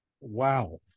Wow